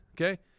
okay